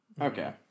Okay